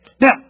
Now